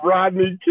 Rodney